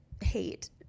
hate